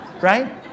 right